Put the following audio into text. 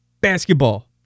basketball